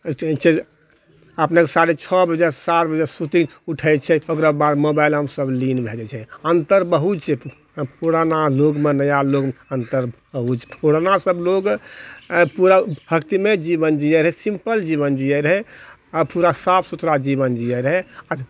अपने साढ़े छओ बजे शाममे सुतिके उठैत छै ओकरो बाद मोबाइलोमे सभ लीन भए जाइत छै अन्तर बहुत छै पुराना लोगमऽ नया लोगमऽ अन्तर बहुत छै पुरानासभ लोग पूरा भक्तिमय जीवन जियैत रहै सिम्पल जीवन जियैत रहय आ पूरा साफ सुथरा जीवन जियैत रहय